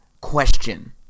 question